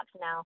now